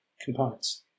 components